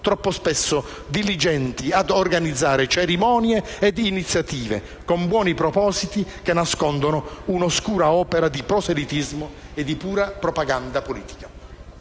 troppo spesso diligenti ad organizzare cerimonie e iniziative con buoni propositi che nascondono un'oscura opera di proselitismo e di pura propaganda politica.